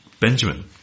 Benjamin